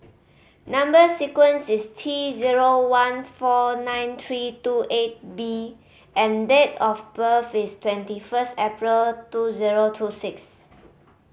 number sequence is T zero one four nine three two eight B and date of birth is twenty first April two zero two six